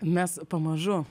mes pamažu